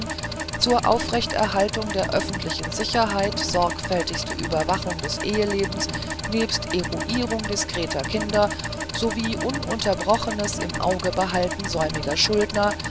zur aufrechterhaltung der öffentlichen sicherheit sorgfältigste überwachung des ehelebens nebst eruirung discreter kinder sowie ununterbrochenes imaugebehaltung säumiger schuldner